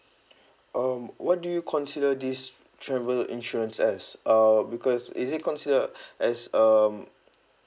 um what do you consider this travel insurance as uh because is it considered as um